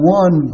one